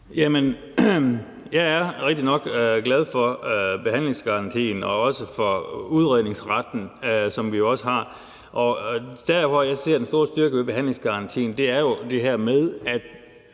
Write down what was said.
Jeg er rigtig glad for behandlingsgarantien og også for udredningsretten, som vi jo også har. Der, hvor jeg ser den store styrke ved behandlingsgarantien, er det her med, at